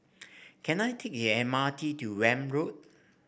can I take the M R T to Welm Road